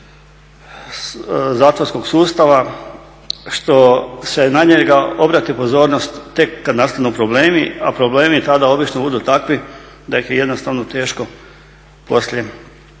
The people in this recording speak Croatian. zatvorskog sustava što se na njega obrati pozornost tek kada nastanu problemi, a problemi tada obično budu takvi da ih je jednostavno teško poslije